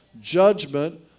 judgment